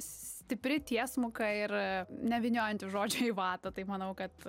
stipri tiesmuka ir nevyniojanti žodžio į vatą tai manau kad